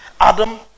Adam